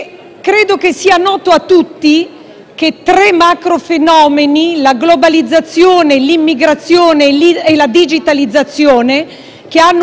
che i tre macrofenomeni della globalizzazione, dell'immigrazione e della digitalizzazione, che hanno una portata internazionale,